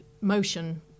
motion